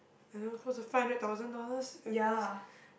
I don't know close to five hundred thousand dollars at least